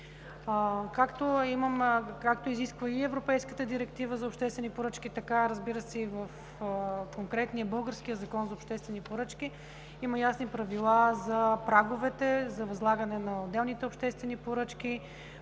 Както изисква и Европейската директива за обществени поръчки, така, разбира се, и в конкретния, българския Закон за обществените поръчки има ясни правила за праговете при възлагане на отделните обществени поръчки,